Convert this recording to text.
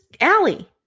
Allie